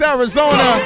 Arizona